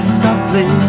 softly